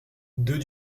deux